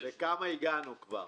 לכמה הגענו כבר?